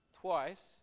twice